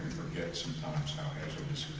forget sometimes how hazardous